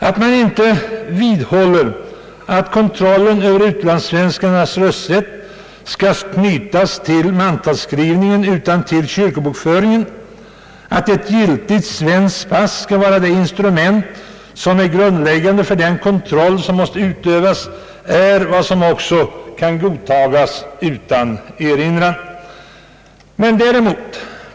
Att man inte vidhåller att kontrollen över utlandssvenskarnas rösträtt skall knytas till mantalsskrivningen utan till kyrkobokföringen samt att ett giltigt svenskt pass skall vara det instrument som är grundläggande för den nödvändiga kontrollen kan också godtagas utan erinran.